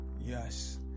Yes